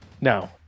No